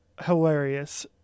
hilarious